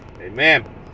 Amen